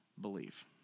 believe